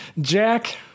Jack